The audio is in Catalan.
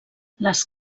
les